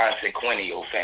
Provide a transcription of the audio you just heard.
Consequential